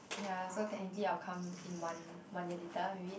ya so technically I will come in one one year later maybe